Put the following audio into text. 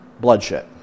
bloodshed